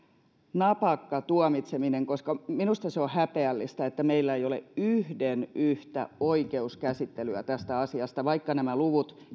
napakan tuomitsemisen koska minusta se on häpeällistä että meillä ei ole yhden yhtä oikeuskäsittelyä tästä asiasta vaikka luvut